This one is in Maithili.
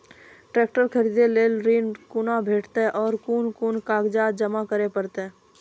ट्रैक्टर खरीदै लेल ऋण कुना भेंटते और कुन कुन कागजात जमा करै परतै?